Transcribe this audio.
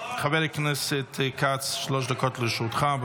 חבר הכנסת כץ, שלוש דקות לרשותך.